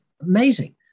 amazing